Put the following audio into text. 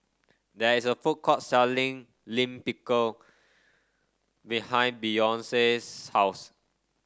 there is a food court selling Lime Pickle behind Beyonce's house